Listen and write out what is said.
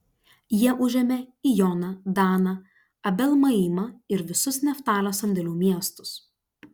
jie užėmė ijoną daną abel maimą ir visus neftalio sandėlių miestus